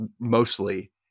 mostly